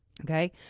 okay